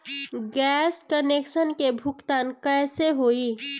Gas connection के भुगतान कैसे होइ?